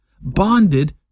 bonded